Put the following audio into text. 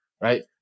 right